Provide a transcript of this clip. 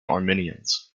armenians